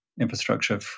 infrastructure